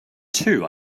two